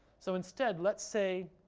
so instead, let's say